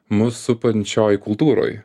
mus supančioj kultūroj